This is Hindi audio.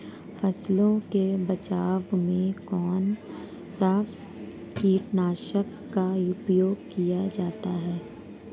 फसलों के बचाव में कौनसा कीटनाशक का उपयोग किया जाता है?